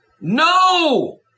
No